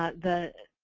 ah the